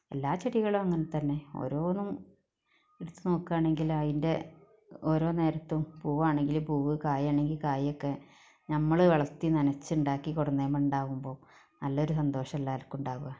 എല്ലാ ചെടികളും അങ്ങനെ തന്നെ ഓരോന്നും വെച്ച് നോക്കുവാണെങ്കിൽ അതിൻ്റെ ഓരോ നേരത്തും പൂവാണെങ്കില് പൂവ് കായാണേങ്കില് കായൊക്കെ നമ്മള് വളർത്തി നനച്ചുണ്ടാക്കി കൊണ്ടുവന്നതാകുമ്പോൾ നല്ലൊരു സന്തോഷമാണ് എല്ലാവർക്കും ഉണ്ടാവുക